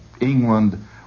England